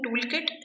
toolkit